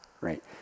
right